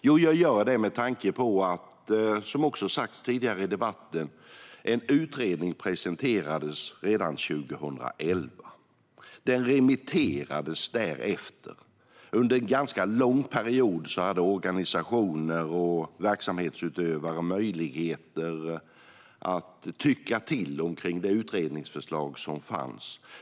Jo, det gör jag med tanke på att en utredning presenterades redan 2011, vilket också har sagts tidigare i debatten. Den remitterades därefter. Under en ganska lång period hade organisationer och verksamhetsutövare möjlighet att tycka till om utredningsförslaget.